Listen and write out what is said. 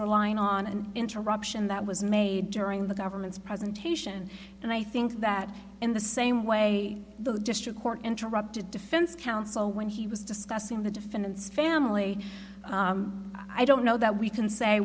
relying on an interruption that was made during the government's presentation and i think that in the same way the district court interrupted defense counsel when he was discussing the defendant's family i don't know that we can say